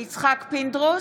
פינדרוס,